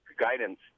guidance